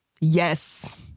Yes